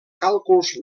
càlculs